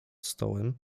stołem